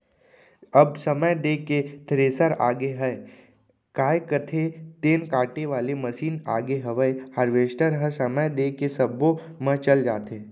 अब समय देख के थेरेसर आगे हयय, काय कथें तेन काटे वाले मसीन आगे हवय हारवेस्टर ह समय देख के सब्बो म चल जाथे